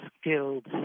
skilled